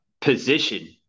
position